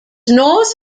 north